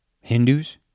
Hindus